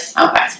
okay